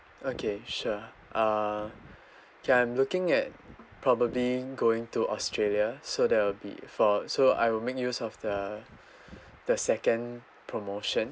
okay sure uh okay I'm looking at probably going to australia so that will be four so I will make use of the the second promotion